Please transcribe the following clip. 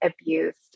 abused